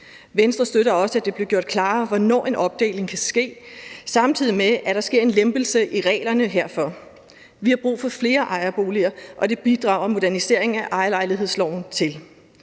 Venstre støtter også, at det bliver gjort klarere, hvornår en opdeling kan ske, samtidig med at der sker en lempelse i reglerne herfor. Vi har brug for flere ejerboliger, og det bidrager en modernisering af ejerlejlighedsloven til.